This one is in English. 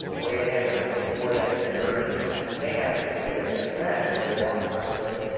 way ahead of of gore that year, and and they had a swing state advantage then, where they lost popular vote,